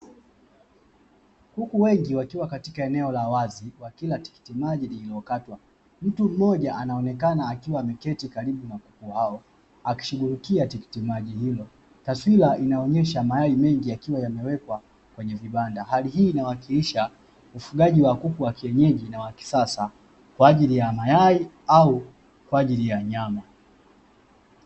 Kuku wengi wakiwa katika eneo la wazi wakila tikiti maji lililokatwa, mtu mmoja anaonekana akiwa ameketi karibu na kuku hao akishugulika tikitimaji hilo, taswira inaonesha mayai mengi yakiwa yamewekwa kwenye vibanda. Hali hii inawakilisha ufugaji wa kuku wa kienyeji na wakisasa kwa ajili ya mayai au kwaajili ya nyama.